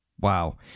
Wow